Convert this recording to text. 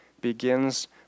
begins